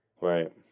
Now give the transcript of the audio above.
Right